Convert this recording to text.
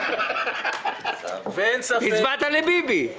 הצבעת לביבי.